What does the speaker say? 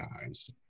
guys